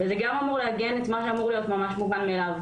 זה גם אמור לעגן את מה שאמור להיות ממש מובן מאליו,